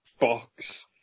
box